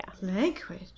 Liquid